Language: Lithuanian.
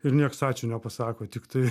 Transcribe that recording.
ir nieks ačiū nepasako tik tai